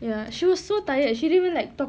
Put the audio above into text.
ya she was so tired she didn't even like talk